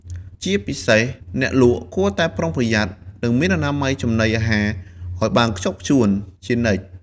ជាពិសេស អ្នកលក់គួរតែប្រុងប្រយ័ត្ន និងមានអនាម័យចំណីអាហារឱ្យបានខ្ជាប់ខ្ជួនជានិច្ច។